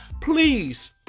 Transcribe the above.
Please